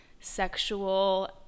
sexual